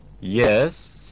Yes